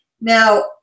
Now